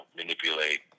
manipulate